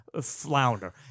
flounder